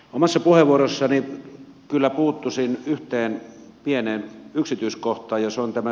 omassa puheenvuorossani kyllä puuttuisin yhteen pieneen yksityiskohtaan